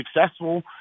successful